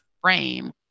frame